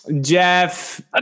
Jeff